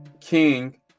King